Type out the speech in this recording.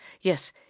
yes